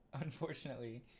Unfortunately